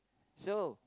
so